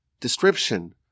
description